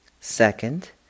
Second